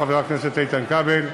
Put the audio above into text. חבר הכנסת איתן כבל,